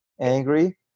angry